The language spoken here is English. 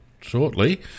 shortly